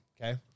Okay